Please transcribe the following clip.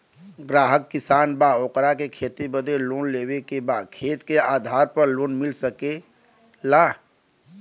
ग्राहक किसान बा ओकरा के खेती बदे लोन लेवे के बा खेत के आधार पर लोन मिल सके ला?